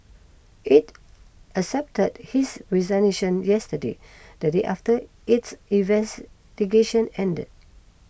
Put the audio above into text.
it accepted his resignation yesterday the day after its investigation ended